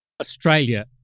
Australia